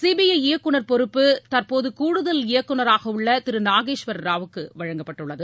CBI இயக்குநர் பொறுப்பு தற்போது கூடுதல் இயக்குநராக உள்ள திரு நாகேஷ்வர் ராவுக்கு வழங்கப்பட்டுள்ளது